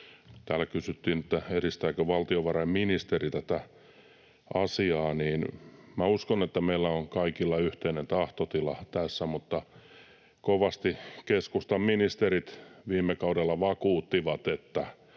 Täällä kun kysyttiin, edistääkö valtiovarainministeri tätä asiaa, niin uskon, että meillä on kaikilla yhteinen tahtotila tässä. — Kovasti keskustan ministerit viime kaudella vakuuttivat,